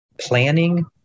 planning